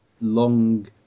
long